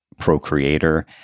procreator